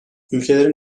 ülkelerin